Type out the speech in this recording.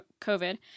COVID